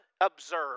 observe